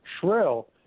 shrill